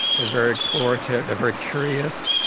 they're very explorative, they're very curious,